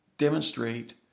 demonstrate